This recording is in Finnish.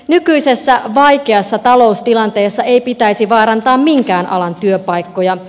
nykyisessä vaikeassa taloustilanteessa ei pitäisi vaarantaa minkään alan työpaikkoja